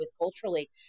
culturally